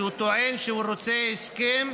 שהוא טוען שהוא רוצה הסכם,